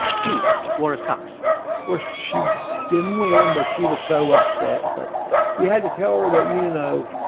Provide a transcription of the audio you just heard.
pete wore a tux course, she didn't win, but she was so upset. but we had to tell her that, you know,